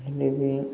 ହେଲେ ବି